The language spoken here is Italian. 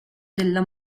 della